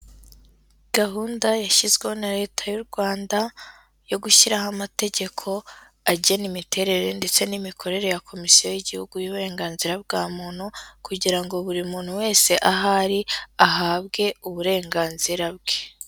Gahunda yashyizweho na leta y'u Rwanda yo gushyiraho amategeko agena imiterere ndetse n'imikorere ya komisiyo y'igihugu y'uburenganzira bwa muntu kugira ngo buri muntu wese aho ari ahabwe uburenganzira bwe.